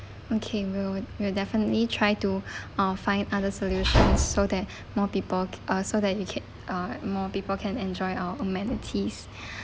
okay we'll we'll definitely try to uh find other solutions so that more people uh so that you can uh more people can enjoy our amenities